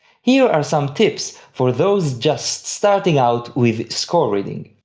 here are some tips for those just starting out with score-reading.